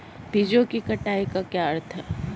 बीजों की कटाई का क्या अर्थ है?